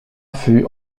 fut